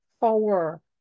power